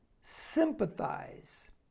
sympathize